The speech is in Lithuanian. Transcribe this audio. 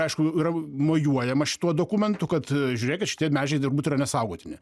aišku yra mojuojama šituo dokumentu kad žiūrėkit šitie medžiai turbūt yra nesaugotini